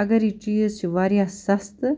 اگر یہِ چیٖز چھِ واریاہ سَستہٕ